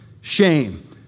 shame